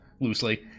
loosely